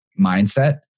mindset